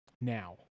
Now